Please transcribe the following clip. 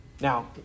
Now